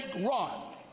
run